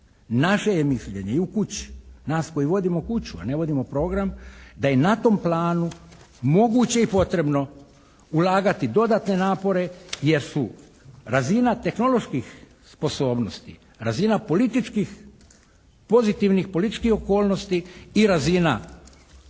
Naše je mišljenje i u kući, nas koji vodimo kuću a ne vodimo program da je na tom planu moguće i potrebno ulagati dodatne napore jer su razina tehnoloških sposobnosti, razina političkih, pozitivnih političkih okolnosti i razina